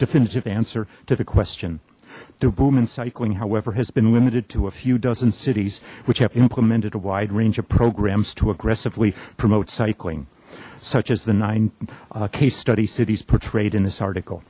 definitive answer to the question the boom in cycling however has been limited to a few dozen cities which have implemented a wide range of programs to aggressively promote cycling such as the nine case study cities portrayed in this article